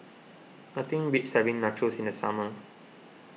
nothing beats having Nachos in the summer